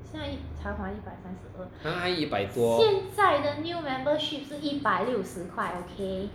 !huh! 一百多